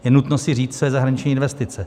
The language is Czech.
Je nutno si říct, co je zahraniční investice.